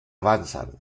avanzan